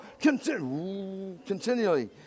continually